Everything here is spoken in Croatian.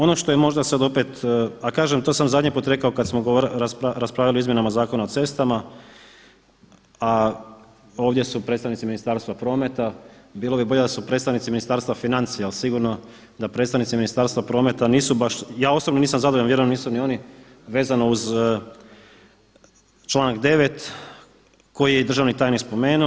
Ono što je možda sad opet, a kažem, to sam zadnji put rekao kada smo raspravljali o izmjenama Zakona o cestama a ovdje su predstavnici Ministarstva prometa, bilo bi bolje da su predstavnici Ministarstva financija jer sigurno da predstavnici Ministarstva prometa nisu baš, ja osobno nisam zadovoljan, vjerujem nisu ni oni vezano uz članak 9. koji je državni tajnik spomenuo.